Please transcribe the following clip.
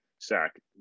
sack